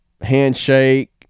handshake